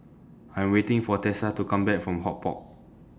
I'm waiting For Tessa to Come Back from HortPark